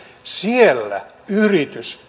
siellä yritys